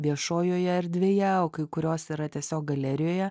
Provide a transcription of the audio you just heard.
viešojoje erdvėje o kai kurios yra tiesiog galerijoje